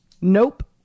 nope